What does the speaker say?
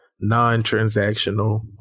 Non-transactional